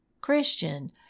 Christian